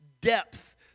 depth